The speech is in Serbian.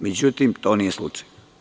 Međutim, to nije slučaj.